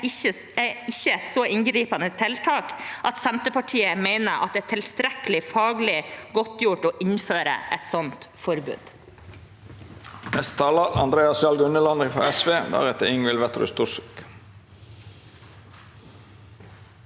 er et så inngripende tiltak at Senterpartiet mener det ikke er tilstrekkelig faglig godtgjort å innføre et sånt forbud.